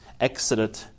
exited